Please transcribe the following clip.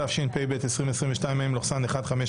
התשפ"ב 2022 (מ/1575);